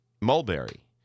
mulberry